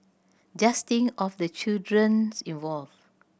just think of the children's involved